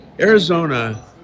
Arizona